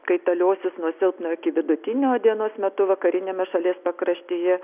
kaitaliosis nuo silpno iki vidutinio dienos metu vakariniame šalies pakraštyje